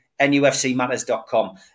nufcmatters.com